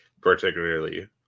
particularly